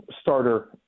starter